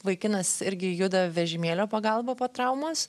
vaikinas irgi juda vežimėlio pagalba po traumos